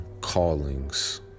callings